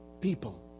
people